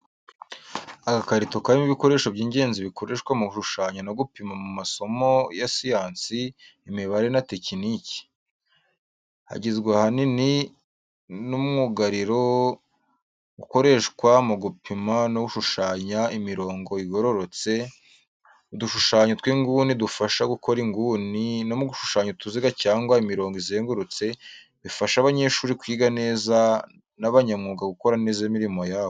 Agakarito karimo ibikoresho by’ingenzi bikoreshwa mu gushushanya no gupima mu masomo ya siyansi, imibare, na tekiniki. Kagizwe ahanini n’umwugariro ukoreshwa mu gupima no gushushanya imirongo igororotse, udushushanyo tw’inguni dufasha gukora inguni, no mu gushushanya utuziga cyangwa imirongo izengurutse. Bifasha abanyeshuri kwiga neza, n'abanyamyuga gukora neza imirimo yabo.